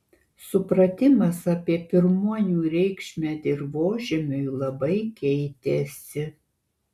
supratimas apie pirmuonių reikšmę dirvožemiui labai keitėsi